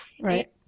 right